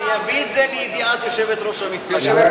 אני אביא את זה לידיעת יושבת-ראש המפלגה.